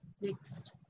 Next